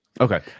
Okay